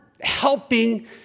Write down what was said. helping